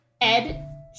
Ed